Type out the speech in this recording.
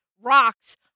rocks